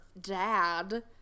dad